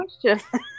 question